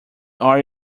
are